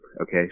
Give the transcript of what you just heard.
okay